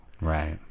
Right